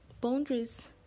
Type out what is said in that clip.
boundaries